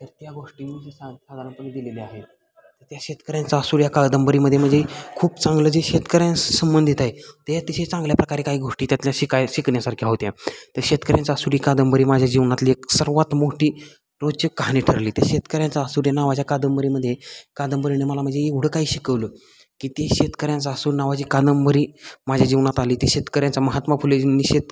तर त्या गोष्टी मी सा साधारणपणे दिलेले आहेत त्या शेतकऱ्यांचा असूड या कादंबरीमध्ये म्हणजे खूप चांगलं जे शेतकऱ्यांसंबंधित आहे ते अतिशय चांगल्या प्रकारे काही गोष्टी त्यातून शिकाय शिकण्यासारख्या होत्या त्या शेतकऱ्यांच्या असूड ही कादंबरी माझ्या जीवनातली एक सर्वात मोठी रोजची कहाणी ठरली ते शेतकऱ्यांच्या असूड या नावाच्या कादंबरीमध्ये कादंबरीने मला म्हणजे एवढं काही शिकवलं की ते शेतकऱ्यांचा असूड नावाची कादंबरी माझ्या जीवनात आली ते शेतकऱ्यांच्या महात्मा फुलेजींनी शेत